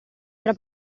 tra